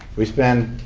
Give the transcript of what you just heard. we spend,